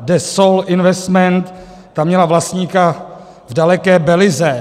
De Sol Investment, ta měla vlastníka v dalekém Belize.